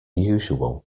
usual